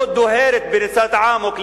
לא דוהרת בריצת אמוק,